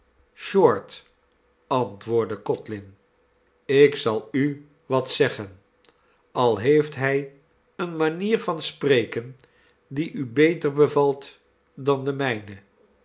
short antwoordde codlin ik zal u wat zeggen al heeft hij eene manier van spreken die u beter bevalt dan de mijne